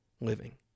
living